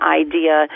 idea